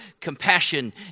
compassion